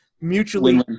mutually